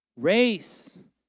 race